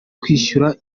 kwishyura